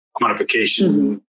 modification